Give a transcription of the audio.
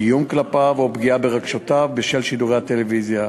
איום כלפיו או פגיעה ברגשותיו בשל שידורי הטלוויזיה.